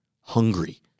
hungry